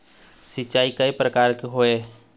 सिचाई कय प्रकार के होये?